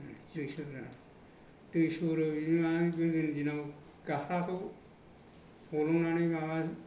दै सरनाय मानाय गोदोनि दिनाव गाख्राखौ फलंनानै माबा